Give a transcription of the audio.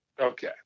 okay